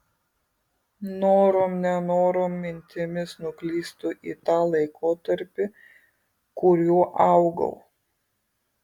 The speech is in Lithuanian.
norom nenorom mintimis nuklystu į tą laikotarpį kuriuo augau